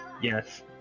Yes